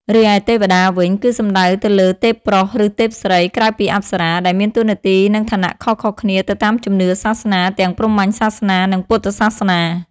រីឯទេវតាវិញ គឺសំដៅទៅលើទេពប្រុស ឬទេពស្រី ក្រៅពីអប្សរា ដែលមានតួនាទី និងឋានៈខុសៗគ្នាទៅតាមជំនឿសាសនា ទាំង ព្រហ្មញ្ញសាសនា និង ពុទ្ធសាសនា។